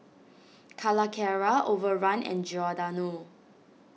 Calacara Overrun and Giordano